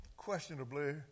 questionably